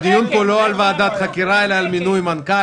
הדיון פה הוא לא על ועדת חקירה אלא על מינוי מנכ"ל.